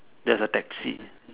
there's a taxi